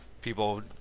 people